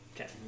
Okay